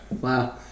wow